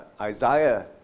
Isaiah